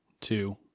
two